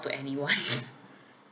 to anyone